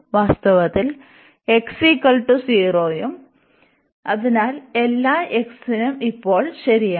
വാസ്തവത്തിൽ x 0 ഉം അതിനാൽ എല്ലാ x നും ഇപ്പോൾ ശരിയാണ്